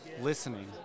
listening